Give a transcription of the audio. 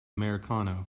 americano